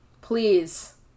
please